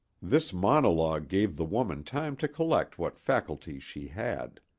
this monologue gave the woman time to collect what faculties she had.